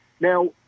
Now